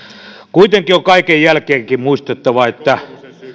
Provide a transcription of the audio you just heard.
kuitenkin on kaiken jälkeenkin muistettava se